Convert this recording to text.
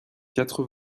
quatre